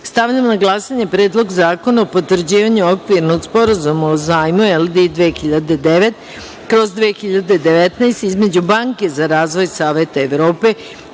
zakona. Stavljam na glasanje Predlog zakona o potvrđivanju Okvirnog sporazuma o zajmu LD 2009 (2019) između Banke za razvoj Saveta Evrope